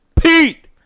Pete